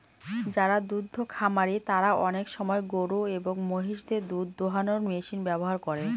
যারা দুদ্ধ খামারি তারা আনেক সময় গরু এবং মহিষদের দুধ দোহানোর মেশিন ব্যবহার করে